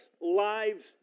lives